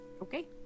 Okay